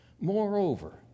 Moreover